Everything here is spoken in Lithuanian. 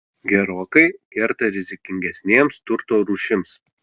gerokai kerta rizikingesnėms turto rūšims